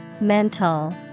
Mental